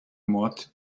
mod